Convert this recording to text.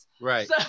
Right